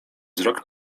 wzrok